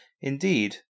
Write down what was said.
Indeed